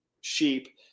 sheep